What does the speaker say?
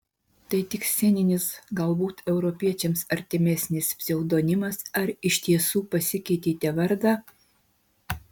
tai tik sceninis galbūt europiečiams artimesnis pseudonimas ar iš tiesų pasikeitėte vardą